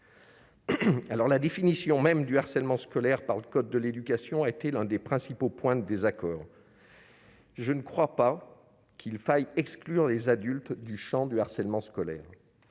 La définition même du harcèlement scolaire dans le code de l'éducation a été l'un des principaux points de désaccord. Je ne crois pas qu'il faille exclure les adultes du champ du harcèlement scolaire.